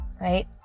Right